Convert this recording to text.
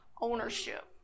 ownership